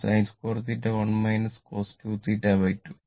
അതിനാൽ sin 2 1 cos 2 2